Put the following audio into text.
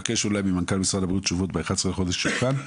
נבקש ממנכ"ל משרד הבריאות תשובות ב-11 לחודש כשהוא כאן,